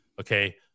okay